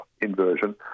inversion